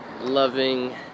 loving